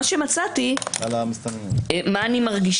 מצאתי שאני מרגישה